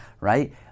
right